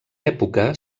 època